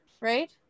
right